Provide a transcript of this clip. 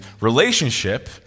relationship